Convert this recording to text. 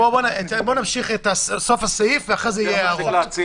נמשיך עד סוף הסעיף, ואחרי זה יהיו הערות.